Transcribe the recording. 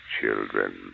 children